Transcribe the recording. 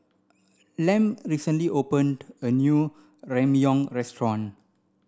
Lem recently opened a new Ramyeon restaurant